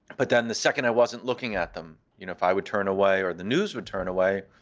but then the second i wasn't looking at them, you know if i would turn away or the news would turn away,